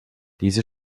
diese